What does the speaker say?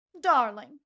darling